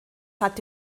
hat